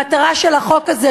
המטרה של החוק הזה,